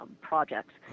projects